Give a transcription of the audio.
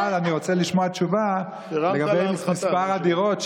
אבל אני רוצה לשמוע תשובה לגבי מספר הדירות,